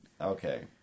Okay